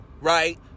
right